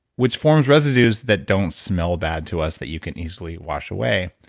which forms residues that don't smell bad to us that you can easily wash away.